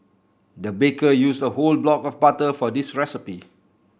the baker used a whole block of butter for this recipe